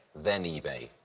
then ebay.